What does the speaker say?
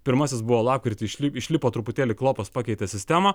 pirmasis buvo lapkritį išlip išlipo truputėlį klopas pakeitė sistemą